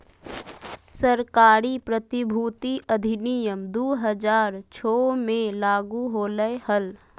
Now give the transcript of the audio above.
सरकारी प्रतिभूति अधिनियम दु हज़ार छो मे लागू होलय हल